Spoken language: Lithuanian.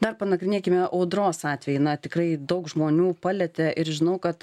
dar panagrinėkime audros atvejį na tikrai daug žmonių palietė ir žinau kad